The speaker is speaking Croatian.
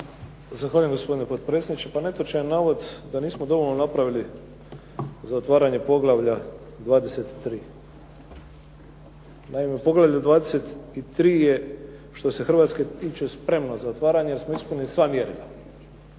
Zahvaljujem, gospodine potpredsjedniče. Pa netočan je navod da nismo dovoljno napravili za otvaranje poglavlja 23. Naima, poglavlje 23. je što se Hrvatske tiče spremno za otvaranje jer smo ispunili sva mjerila.